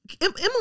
Emily